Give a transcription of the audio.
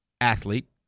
athlete